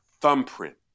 thumbprint